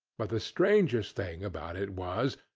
but the strangest thing about it was,